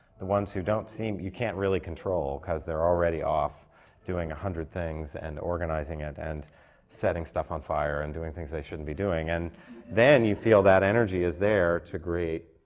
the ones who don't seem you can't really control, cause they're already off doing a hundred things and organizing it and setting stuff on fire and doing things they shouldn't be doing. and then, you feel that energy is there to greet,